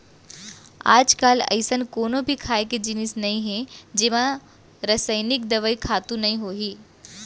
आजकाल अइसन कोनो भी खाए के जिनिस नइ हे जेमा रसइनिक दवई, खातू नइ होही